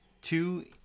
two